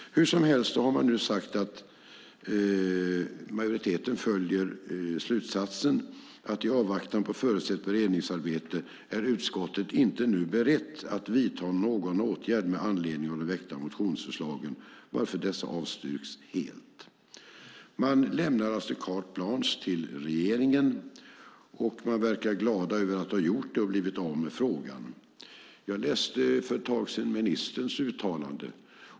Hur som helst har man nu sagt att majoriteten följer slutsatsen att utskottet i avvaktan på förutsett beredningsarbete inte är berett att vidta någon åtgärd med anledning av de väckta motionsförslagen, varför dessa avstyrks helt. Man lämnar alltså carte blanche till regeringen och verkar glad över att ha gjort det och blivit av med frågan. Jag läste för ett tag sedan ministerns uttalande.